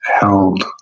held